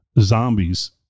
zombies